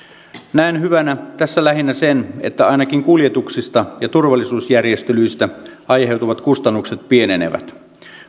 näen hyvänä tässä lähinnä sen että ainakin kuljetuksista ja turvallisuusjärjestelyistä aiheutuvat kustannukset pienenevät